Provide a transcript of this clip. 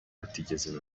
batigeze